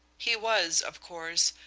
he was, of course,